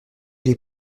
les